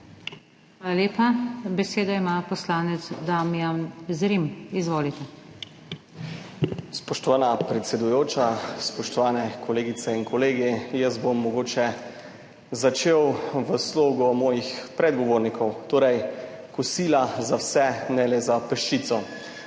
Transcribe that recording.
Hvala lepa. Besedo ima poslanec Damijan Zrim. Izvolite. DAMIJAN ZRIM (PS SD): Spoštovana predsedujoča, spoštovane kolegice in kolegi! Jaz bom mogoče začel v slogu mojih predgovornikov: Kosila za vse, ne le za peščico.